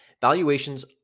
Valuations